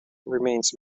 remains